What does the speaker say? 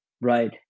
right